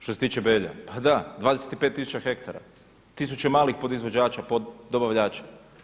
Što se tiče Belja, pa da, 25 tisuća hektara, tisuće malih podizvođača, poddobavljača.